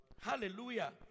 Hallelujah